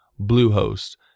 Bluehost